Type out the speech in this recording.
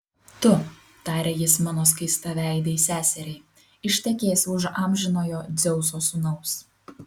tu tarė jis mano skaistaveidei seseriai ištekėsi už amžinojo dzeuso sūnaus